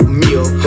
meal